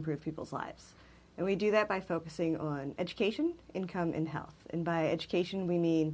improve people's lives and we do that by focusing on education income and health and by education we mean